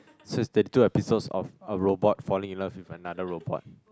so it's thirty two episodes of a robot falling in love with another robot